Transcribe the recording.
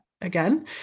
again